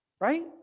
Right